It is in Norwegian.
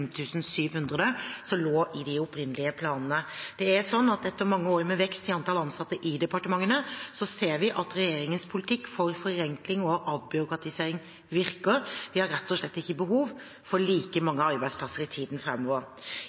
700 som lå i de opprinnelige planene. Etter mange år med vekst i antall ansatte i departementene ser vi at regjeringens politikk for forenkling og avbyråkratisering virker. Vi har rett og slett ikke behov for like mange arbeidsplasser i tiden